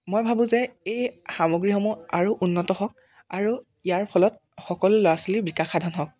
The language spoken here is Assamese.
মই ভাবোঁ যে এই সামগ্ৰীসমূহ আৰু উন্নত হওক আৰু ইয়াৰ ফলত সকলো ল'ৰা ছোৱালীৰ বিকাশ সাধন হওক